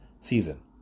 season